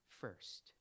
first